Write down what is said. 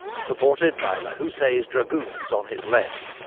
supported by lahoussaye's dragoons on his left.